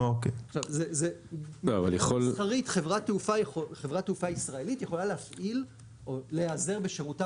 מבחינה מסחרית חברת תעופה ישראלית יכולה להיעזר בשירותיו